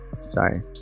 sorry